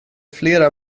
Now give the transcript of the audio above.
flera